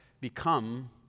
become